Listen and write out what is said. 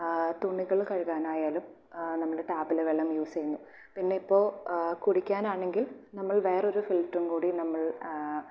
തുണികൾ കഴുകാനായാലും നമ്മള് ടാപ്പിലെ വെള്ളം യൂസ്സ് ചെയ്യുന്നു പിന്നെ ഇപ്പോൾ കുടിക്കാനാണെങ്കിൽ നമ്മൾ വേറെ ഒരു ഫിൽറ്റ്റും കൂടി നമ്മൾ